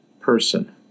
person